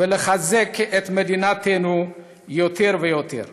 ולחזק את מדינתנו יותר ויותר.